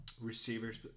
receivers